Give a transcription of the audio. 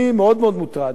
אני מאוד מאוד מוטרד,